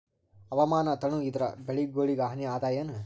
ಹವಾಮಾನ ತಣುಗ ಇದರ ಬೆಳೆಗೊಳಿಗ ಹಾನಿ ಅದಾಯೇನ?